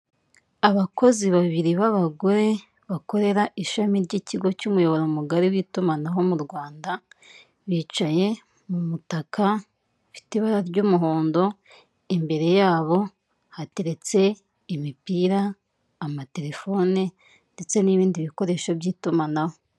Abakozi babiri b'abagore bakorera ishami ry'ikigo cy'umuyoboro mugari w'itumanaho mu Rwanda bicaye mumutaka ufite ibara ry'umuhondo imbere yabo hateretse imipira, amaterefone ndetse n'ibindi bikoresho by'itumanaho.